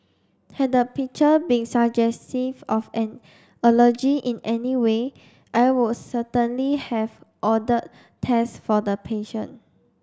had the picture been suggestive of an allergy in any way I would certainly have ordered test for the patient